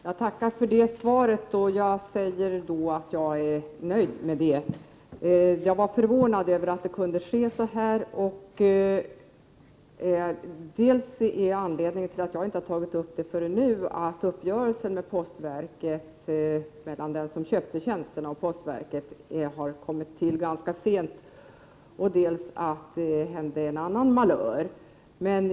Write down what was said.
Herr talman! Jag tackar för det svaret, och jag är nöjd med det. Jag var dock förvånad över att denna malör kunde ske. Anledningen till att jaginte har tagit upp frågan förrän nu är dels att uppgörelsen mellan den som köpte tjänsten och postverket kom till ganska sent, dels att det har skett en annan malör.